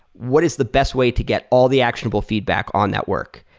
what is the best way to get all the actionable feedback on that work?